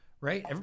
right